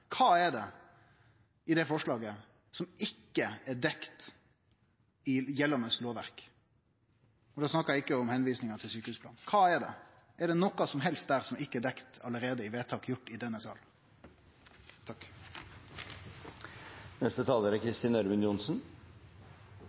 Kva er det i det forslaget som ikkje er dekt i gjeldande lovverk? Da snakkar eg ikkje om tilvisinga til sjukehusplanen. Kva er det? Er det noko som helst der som ikkje allereie er dekt i vedtak som er gjorde i denne